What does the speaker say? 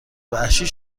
وحشی